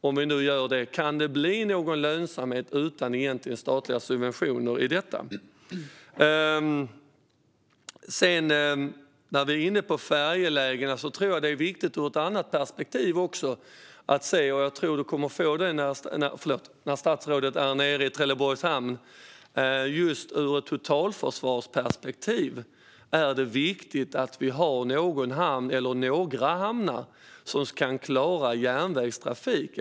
Om vi nu gör det, kan det egentligen bli någon lönsamhet i detta utan statliga subventioner? När vi är inne på färjelägena tror jag att den frågan också är viktig ur ett annat perspektiv, vilket jag tror att statsrådet kommer att få se när han är nere i Trelleborgs hamn. Ur ett totalförsvarsperspektiv är det viktigt att vi har några hamnar som kan klara järnvägstrafik.